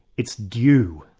it's due.